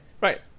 right